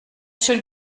schön